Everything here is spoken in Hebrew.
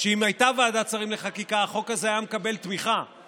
שאם הייתה ועדת שרים לחקיקה החוק הזה היה מקבל תמיכה,